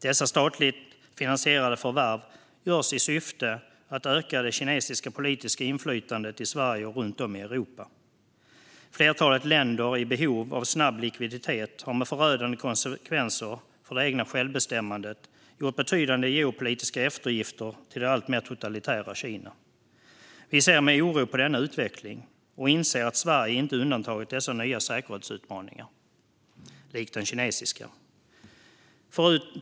Dessa statligt finansierade förvärv görs i syfte att öka det kinesiska politiska inflytandet i Sverige och runt om i Europa. Flertalet länder i behov av snabb likviditet har med förödande konsekvenser för det egna självbestämmandet gjort betydande geopolitiska eftergifter till det alltmer totalitära Kina. Vi ser med oro på denna utveckling och inser att Sverige inte är undantaget dessa nya säkerhetsutmaningar likt den kinesiska.